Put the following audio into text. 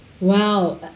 Wow